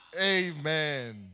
Amen